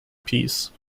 peace